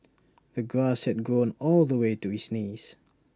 the grass had grown all the way to his knees